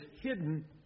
hidden